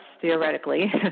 theoretically